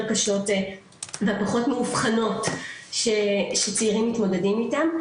קשות והפחות מאובחנות שצעירים מתמודדים איתם,